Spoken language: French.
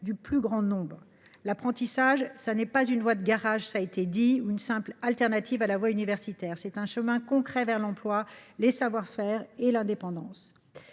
du plus grand nombre. L’apprentissage n’est pas une voie de garage ni une simple alternative à la voie universitaire. C’est un chemin concret vers l’emploi, l’acquisition de savoir faire et l’indépendance.